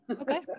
Okay